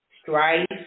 strife